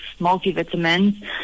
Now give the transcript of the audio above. multivitamins